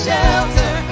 Shelter